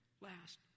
last